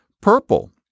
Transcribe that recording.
purple